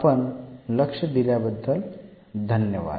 आपण लक्ष दिल्याबद्दल धन्यवाद